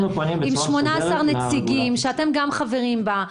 עם 18 נציגים שאתם גם חברים בה,